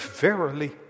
verily